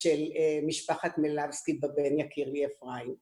‫של משפחת מלבסקי בבן יקיר לי אפרים.